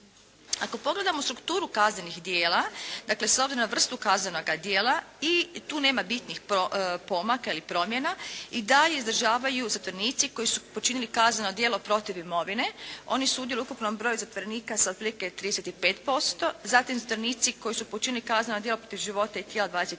Ako pogledamo strukturu kaznenih djela, dakle s obzirom na vrstu kaznenoga dijela i tu nema bitnih pomaka ili promjene i dalje izdržavaju zatvorenici koji su počinili kazneno djelo protiv imovine, oni sudjeluju u ukupnom broju zatvorenika sa otprilike 35%, zatim zatvorenici koji su počinili kazneno djelo protiv života i tijela 21%